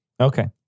Okay